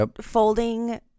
folding